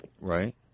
right